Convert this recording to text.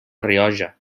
rioja